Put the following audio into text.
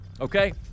okay